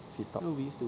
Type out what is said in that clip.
Sweet Talk